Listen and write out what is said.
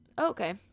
Okay